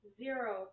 zero